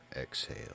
exhale